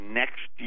next